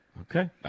Okay